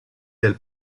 del